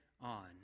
on